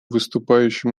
выступающим